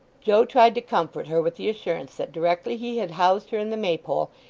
joe tried to comfort her with the assurance that directly he had housed her in the maypole,